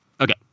Okay